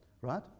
right